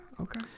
Okay